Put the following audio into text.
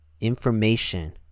information